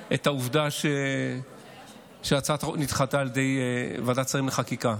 את העובדה שהצעת החוק נדחתה על ידי ועדת שרים לחקיקה.